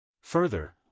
Further